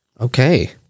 Okay